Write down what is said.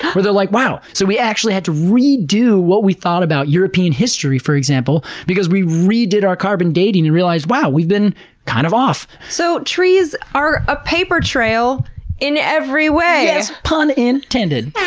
they're like, wow! so we actually had to redo what we thought about european history, for example, because we redid our carbon dating and realized, wow, we've been kind of off. so trees are a paper trail in every way! yes, pun intended.